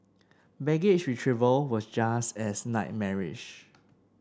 baggage retrieval was just as nightmarish